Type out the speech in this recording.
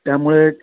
त्यामुळे